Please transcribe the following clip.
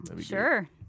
sure